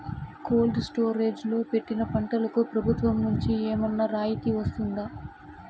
Cold storage లో పెట్టిన పంటకు ప్రభుత్వం నుంచి ఏమన్నా రాయితీ వస్తుందా?